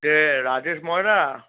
কে রাজেশ ময়রা